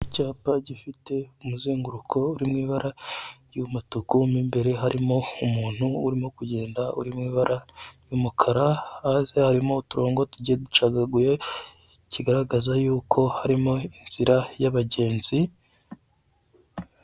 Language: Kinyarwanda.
Icyapa gifite umuzenguruko w'umutuku, mo imbere harimo umuntu urimo kugenda uri mu ibara ry'umukara, hasi harimo uturongo tugiye ducagaguye, kigaragaza yuko harimo inzira y'abagenzi.